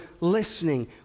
listening